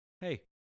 hey